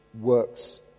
works